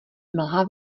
mlha